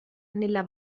nella